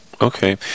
Okay